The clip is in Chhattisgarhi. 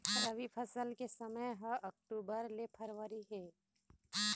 रबी फसल के समय ह अक्टूबर ले फरवरी हे